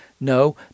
no